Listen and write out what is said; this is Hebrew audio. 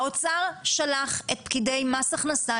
האוצר שלח את פקידי מס הכנסה,